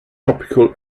topical